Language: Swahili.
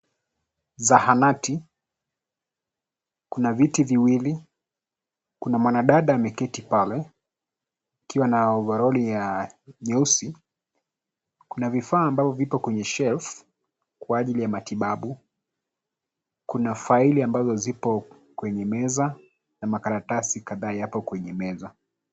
Zahanati. Kuna viti viwili, kuna mwanadada ameketi pale akiwa na ovaroli ya nyeusi. Kuna vifaa ambavyo vipo kwenye shelf kwa ajili ya matibabu. Kuna faili ambazo zipo kwenye meza na makaratasi kadhaa yapo kwenye meza.